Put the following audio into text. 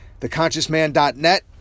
theconsciousman.net